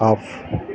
off